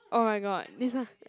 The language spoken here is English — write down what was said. oh my god this one